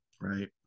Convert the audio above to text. Right